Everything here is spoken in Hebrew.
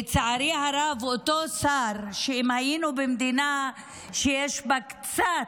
לצערי הרב, אותו שר, שאם היינו במדינה שיש בה קצת